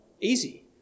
easy